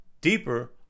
deeper